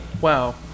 wow